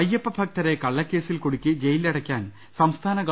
അയ്യപ്പഭ്ക്തരെ കളളക്കേസിൽകുടുക്കി ജയിലിലടയ്ക്കാൻ സംസ്ഥാന ഗവ